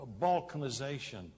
balkanization